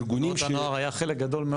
ארגונים ש- -- תנועות הנוער היה חלק גדול.